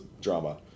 drama